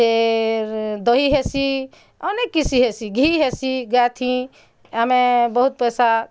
ଫେର୍ ଦହି ହେସି ଅନେକ୍ କିଛି ହେସି ଘି ହେସି ଗାଏଥିଁ ଆମେ ବହୁତ୍ ପଇସା